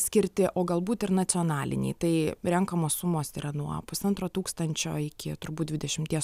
skirti o galbūt ir nacionaliniai tai renkamos sumos yra nuo pusantro tūkstančio iki turbūt dvidešimties